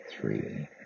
three